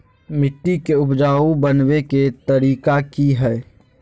मिट्टी के उपजाऊ बनबे के तरिका की हेय?